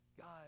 God